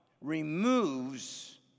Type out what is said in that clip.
removes